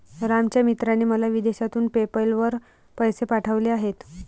रामच्या मित्राने मला विदेशातून पेपैल वर पैसे पाठवले आहेत